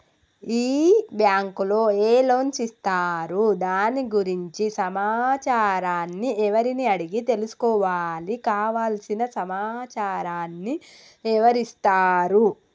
ఈ బ్యాంకులో ఏ లోన్స్ ఇస్తారు దాని గురించి సమాచారాన్ని ఎవరిని అడిగి తెలుసుకోవాలి? కావలసిన సమాచారాన్ని ఎవరిస్తారు?